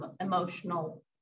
emotional